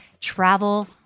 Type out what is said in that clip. travel